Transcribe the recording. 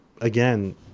again